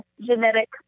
genetic